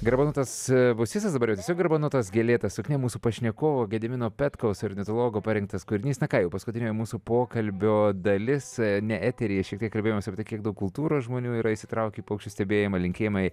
garbanotas bosistas dabar jau tiesiog garbanotas gėlėta suknia mūsų pašnekovo gedimino petkaus ornitologo parinktas kūrinys na ką jau paskutinė mūsų pokalbio dalis ne eteryje šiek tiek kalbėjomės apie tai kiek daug kultūros žmonių yra įsitraukę į paukščių stebėjimą linkėjimai